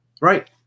right